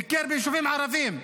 ביקר ביישובים הערביים,